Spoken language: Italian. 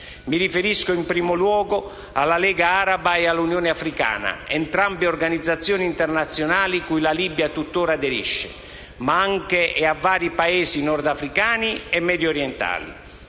Mi riferisco, in primo luogo, alla Lega araba e all'Unione africana, entrambe organizzazioni internazionali cui la Libia tuttora aderisce, ma anche a vari Paesi nordafricani e mediorientali.